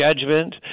judgment